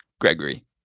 Gregory